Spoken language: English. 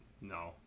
No